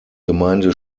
gemeinde